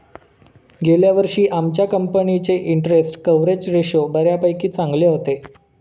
गेल्या वर्षी आमच्या कंपनीचे इंटरस्टेट कव्हरेज रेशो बऱ्यापैकी चांगले होते